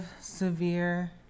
severe